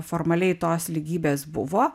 formaliai tos lygybės buvo